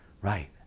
right